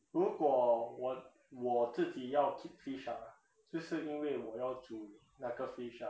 如果我我自己要 keep fish ah 就是因为我要煮那个 fish 啊